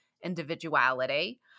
individuality